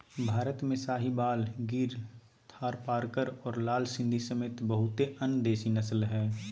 भारत में साहीवाल, गिर थारपारकर और लाल सिंधी समेत बहुते अन्य देसी नस्ल हइ